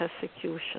persecution